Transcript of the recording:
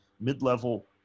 mid-level